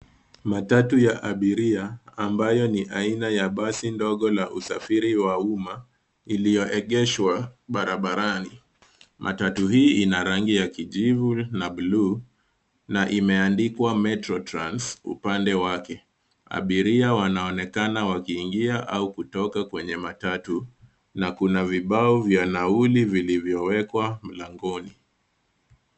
Matatu ya abiria, ambayo ni aina ya basi ndogo la usafiri wa umma iliyoegeshwa barabarani. Matatu hii ina rangi ya kijivu na blue na imeandikwa Metro Trans upande wake. Abiria wanaonekana wakiingia au kutoka kwenye matatu na kuna vibao vya nauli vilivyowekwa mlangoni.